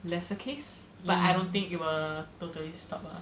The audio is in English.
lesser case but I don't think it will totally stop ah